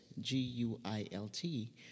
G-U-I-L-T